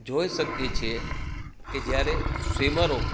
જોઈએ શકીએ છીએ કે જ્યારે સ્વિમરો